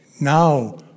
now